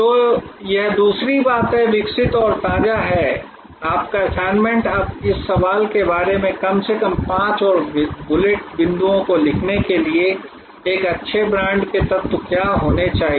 तो यह दूसरी बात है विकसित और ताजा है आपका असाइनमेंट अब इस सवाल के बारे में कम से कम पांच और बुलेट बिंदुओं को लिखने के लिए एक अच्छे ब्रांड के तत्व क्या होने चाहिए